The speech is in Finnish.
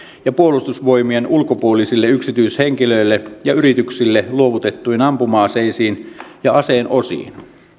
ja puolustusvoimien ulkopuolisille yksityishenkilöille ja yrityksille luovutettuihin ampuma aseisiin ja aseen osiin